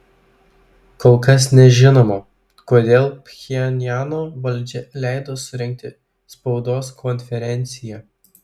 kol kas nežinoma kodėl pchenjano valdžia leido surengti spaudos konferenciją